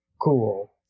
cool